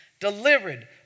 delivered